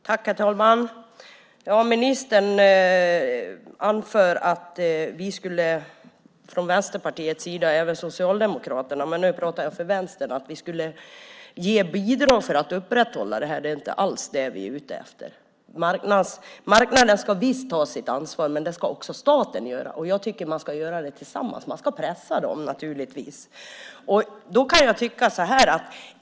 Herr talman! Ministern anför att vi från Vänsterpartiets och även Socialdemokraternas sida - men nu pratar jag för Vänstern - skulle ge bidrag för att upprätthålla det här. Det är inte alls det vi är ute efter. Visst ska marknaden ta sitt ansvar, men det ska också staten göra, och jag tycker att de ska göra det tillsammans. Man ska naturligtvis pressa dem att göra det.